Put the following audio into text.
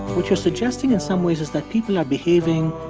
which was suggesting in some ways is that people are behaving,